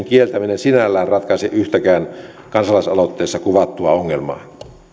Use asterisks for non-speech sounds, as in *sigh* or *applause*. *unintelligible* kieltäminen sinällään ratkaise yhtäkään kansalaisaloitteessa kuvattua ongelmaa